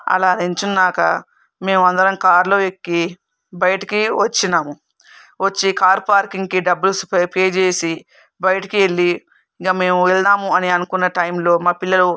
అలా నిలుచున్నాక మేము అందరం కారులో ఎక్కి బయటికి వచ్చినాం వచ్చి కార్ పార్కింగ్కి డబ్బులు పే చేసి బయటికి వెళ్లి ఇంకా మేము వెళ్దాం అని అనుకున్న టైంలో మా పిల్లలు